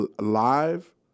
live